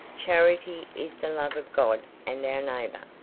charity is the love of god and our neighbor,